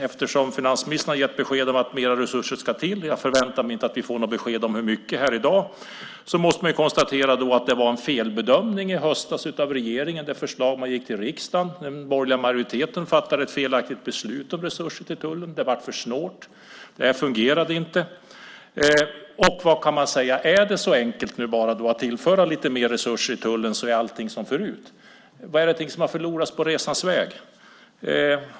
Eftersom finansministern har gett besked om att mera resurser ska till - jag förväntar mig inte att vi får något besked om hur mycket här i dag - måste man konstatera att det förslag regeringen gick till riksdagen med i höstas var en felbedömning. Den borgerliga majoriteten fattade ett felaktigt beslut om resurser till tullen. Det blev för snålt. Det fungerade inte. Vad kan man säga? Är det så enkelt nu att bara tillföra lite mer resurser till tullen, så är allting som förut? Vad är det för någonting som har förlorats under resans gång?